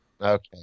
Okay